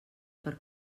per